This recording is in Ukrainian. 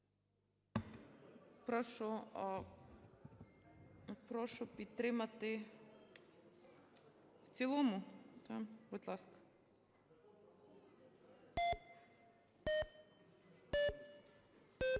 прошу підтримати. В цілому, да? Будь ласка.